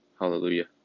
Hallelujah